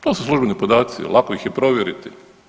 To su službeni podaci, lako ih je provjeriti.